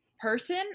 person